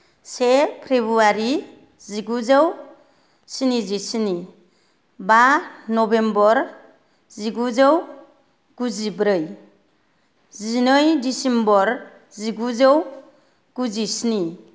से फेब्रुवारी जिगुजौ स्निजिस्नि बा नभेम्बर जिगुजौ गुजिब्रै जिनै डिसेम्बर जिगुजौ गुजिस्नि